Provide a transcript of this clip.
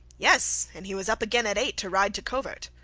yes and he was up again at eight to ride to covert.